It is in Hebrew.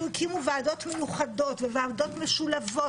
הקימו ועדות מיוחדות וועדות משולבות,